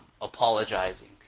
apologizing